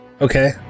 Okay